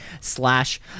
slash